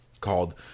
called